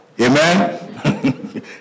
Amen